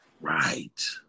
Right